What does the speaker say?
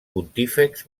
pontífex